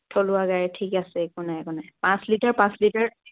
থলুৱা গাই ঠিক আছে একো নাই একো নাই পাঁচ লিটাৰ পাঁচ লিটাৰ